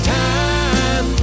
time